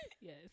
Yes